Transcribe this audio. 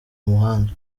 muhanda